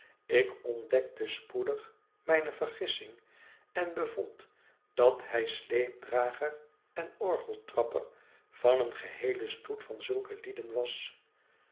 ik ontdekte spoedig mijne vergissing en bevond dat hij sleepdrager en orgeltrapper van een geheelen stoet van zulke lieden was